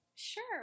sure